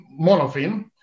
monofin